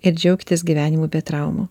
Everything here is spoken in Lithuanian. ir džiaukitės gyvenimu be traumų